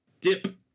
dip